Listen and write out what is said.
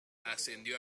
ascendió